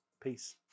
Peace